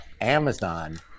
Amazon